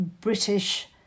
British